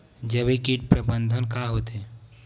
जैविक कीट प्रबंधन का होथे?